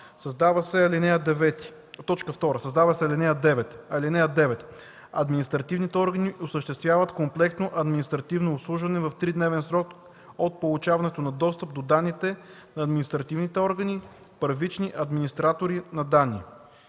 Създава се ал. 9: „(9) Административните органи осъществяват комплексно административно обслужване в тридневен срок от получаване на достъп до данните на административните органи – първични администратори на данни.”